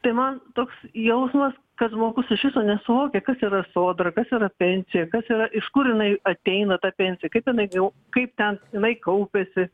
tai man toks jausmas kad žmogus iš viso nesuvokia kas yra sodra kas yra pensija kas yra iš kur jinai ateina ta pensija kaip jinai jau kaip ten jinai kaupiasi